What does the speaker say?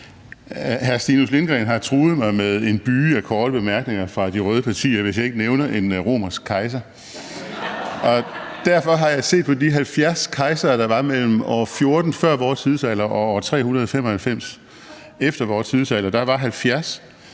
Hr. Stinus Lindgreen har truet mig med en byge af korte bemærkninger fra de røde partiers side, hvis ikke jeg nævner en romersk kejser. Derfor har jeg set på de 70 kejsere, der var mellem år 14 før vor tidsregning og år 395 efter vores tidsregning. Der var 70,